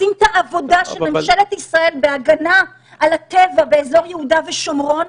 עושים את העבודה של ממשלת ישראל בהגנה על הטבע באזור יהודה ושומרון,